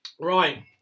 right